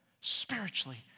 spiritually